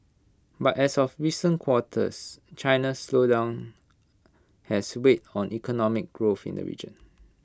but as of recent quarters China's slowdown has weighed on economic growth in the region